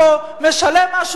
משלם משהו שם,